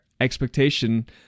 expectation